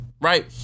Right